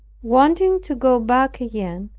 wanting to go back again,